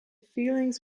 feelings